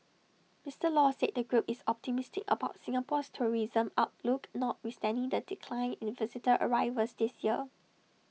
Mister law said the group is optimistic about Singapore's tourism outlook notwithstanding the decline in visitor arrivals this year